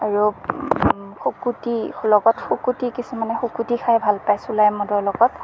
আৰু শুকুটি লগত শুকুটি কিছুমানে শুকুটি খাই ভাল পায় চুলাই মদৰ লগত